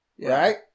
Right